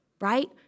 right